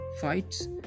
fights